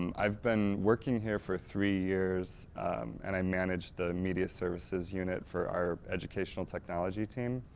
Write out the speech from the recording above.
um i've been working here for three years and i managed the media services unit for our educational technology team.